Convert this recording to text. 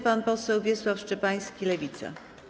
Pan poseł Wiesław Szczepański, Lewica.